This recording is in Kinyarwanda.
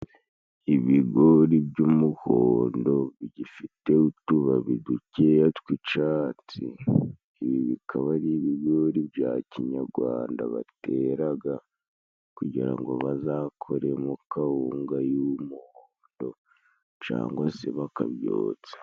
Ibigori by'umuhondo bigifite utubabi dukeya tw'icatsi ibi bikaba ari ibigori bya kinyarwanda bateraga kugira ngo bazakoremo kawunga y'umuhondo cangwa se bakabyotsa.